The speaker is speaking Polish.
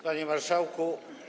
Panie Marszałku!